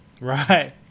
Right